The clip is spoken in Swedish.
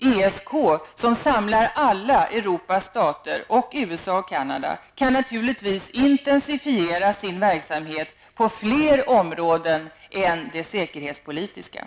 ESK, som samlar alla Europas stater samt USA och Canada, kan naturligtvis intensifiera sin verksamhet på fler områden än det säkerhetspolitiska.